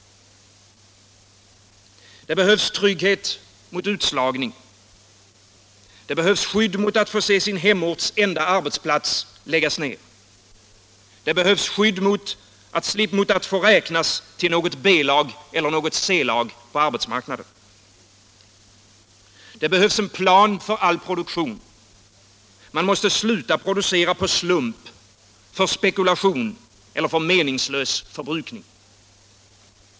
Det behövs trygghet mot utslagning. Det behövs skydd mot att få se sin hemorts enda arbetsplats läggas ner. Det behövs skydd mot att räknas till något B-lag eller C-lag på arbetsmarknaden. Det behövs en plan för all produktion. Man måste sluta producera på slump, för spekulation eller för meningslös förbrukning.